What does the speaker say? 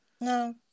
No